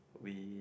we